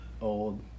old